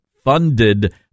funded